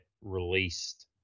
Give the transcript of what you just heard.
released